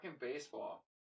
baseball